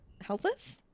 helpless